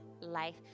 life